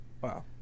Wow